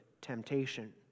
temptation